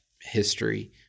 history